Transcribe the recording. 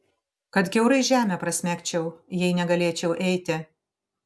kad kiaurai žemę prasmegčiau jei negalėčiau eiti